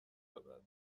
یابد